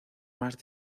más